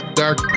dark